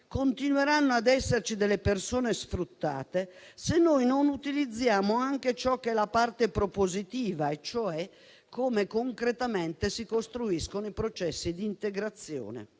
continueranno a esserci persone sfruttate se non utilizziamo la parte propositiva, e cioè come concretamente si costruiscono i processi di integrazione.